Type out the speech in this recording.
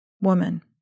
Woman